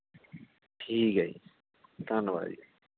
ਠੀਕ ਹੈ ਜੀ ਧੰਨਵਾਦ ਜੀ